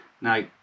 Now